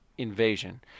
Invasion